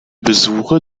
besuche